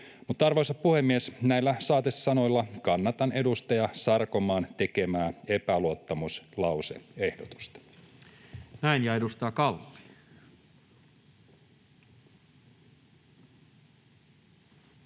Arvoisa puhemies! Näillä saatesanoilla kannatan edustaja Sarkomaan tekemää epäluottamuslause-ehdotusta. Näin. — Ja edustaja Kalli.